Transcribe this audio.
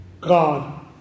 God